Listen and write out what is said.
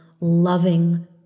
loving